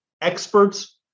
experts